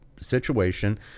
situation